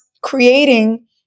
creating